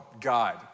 God